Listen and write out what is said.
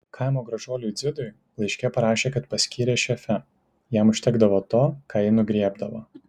kaimo gražuoliui dzidui laiške parašė kad paskyrė šefe jam užtekdavo to ką ji nugriebdavo